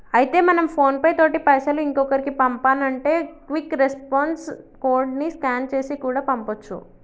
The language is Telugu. అయితే మనం ఫోన్ పే తోటి పైసలు ఇంకొకరికి పంపానంటే క్విక్ రెస్పాన్స్ కోడ్ ని స్కాన్ చేసి కూడా పంపొచ్చు